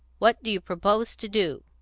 what do you propose to do?